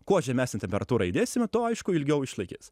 kuo žemesnę temperatūrą įdėsime tuo aišku ilgiau išlaikys